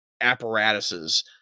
apparatuses